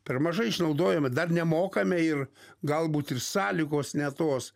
per mažai išnaudojom dar nemokame ir galbūt ir sąlygos ne tos